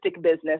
business